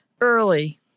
Early